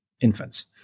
infants